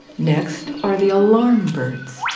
next are the alarm birds,